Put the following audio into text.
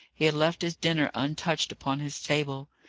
he had left his dinner untouched upon his table.